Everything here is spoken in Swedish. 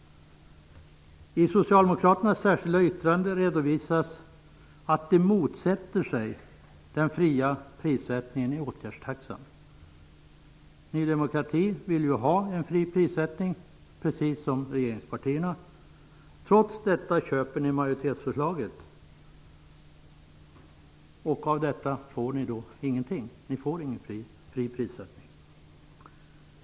I socialdemokraternas särskilda yttrande redovisas att de motsätter sig den fria prissättningen i åtgärdstaxan. Ny demokrati, precis som regeringspartierna, vill ha en fri prissättning. Trots detta köper ni majoritetsförslaget. Av detta får ni då ingenting. Det blir ingen fri prissättning.